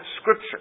Scripture